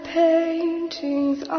paintings